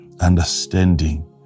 Understanding